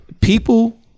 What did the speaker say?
People